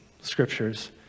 scriptures